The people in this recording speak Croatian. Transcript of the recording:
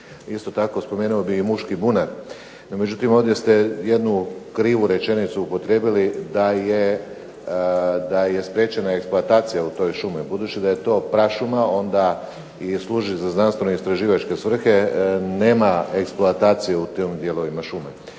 Isto tako spomenuo bih i muški bunar, no međutim ovdje ste jednu krivu rečenicu upotrijebili da je spriječena eksploatacija u toj šumi. Budući da je to prašuma onda i služi za znanstveno istraživačke svrhe nema eksploatacije u tim dijelovima šume,